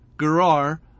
Gerar